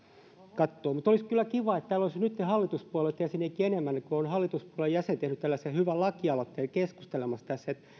oli pois olisi kyllä kiva että täällä olisi nytten hallituspuolueitten jäseniäkin enemmän kun on hallituspuolueen jäsen tehnyt tällaisen hyvän lakialoitteen keskustelemassa tässä että